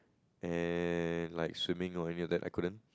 and like swimming and all that I couldn't